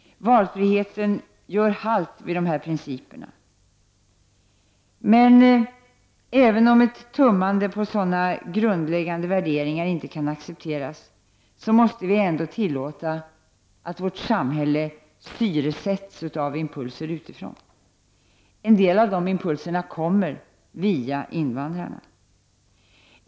Valfriheten gör halt vid dessa principer. Men även om ett tummande på sådana grundläggande värderingar inte kan accepteras, måste vi ändå tillåta att vårt samhälle syresätts av impulser utifrån. En del av dessa impulser kommer via invandrarna.